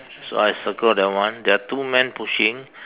so I circle that one there are two men pushing